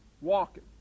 walking